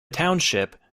township